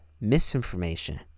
misinformation